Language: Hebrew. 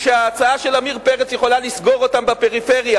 שההצעה של עמיר פרץ יכולה לסגור אותם בפריפריה.